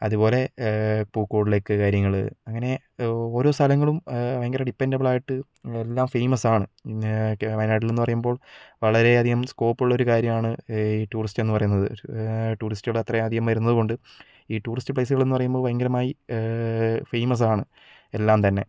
അതുപോലെ പൂക്കോട് ലെയ്ക്ക് കാര്യങ്ങൾ അങ്ങനെ ഓരോ സ്ഥലങ്ങളും ഭയങ്കര ഡിപ്പെൻ്റബിളായിട്ട് എല്ലാം ഫെയ്മാസാണ് പിന്നെയൊക്കെ വായനാട്ടിൽ എന്നു പറയുമ്പോൾ വളരെയധികം സ്കോപ്പ് ഉള്ളൊരു കാര്യമാണ് ഈ ടൂറിസ്റ്റ് എന്നു പറയുന്നത് ടൂറിസ്റ്റുകൾ അത്രയും അധികം വരുന്നതുകൊണ്ട് ഈ ടൂറിസ്റ്റ് പ്ലേയ്സുകൾ എന്നു പറയുമ്പോൾ ഭയങ്കരമായി ഫെയ്മസാണ് എല്ലാം തന്നെ